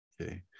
okay